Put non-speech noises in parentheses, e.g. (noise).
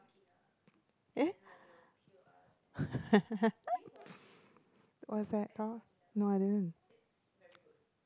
eh (laughs) what's that thought no I didn't